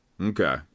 Okay